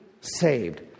saved